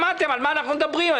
שמעתם על מה אנחנו מדברים.